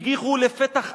"הגיחו לפתע המונים"